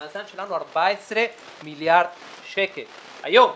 המאזן שלנו 14 מיליארד שקל היום.